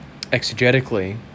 exegetically